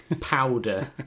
powder